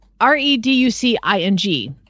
R-E-D-U-C-I-N-G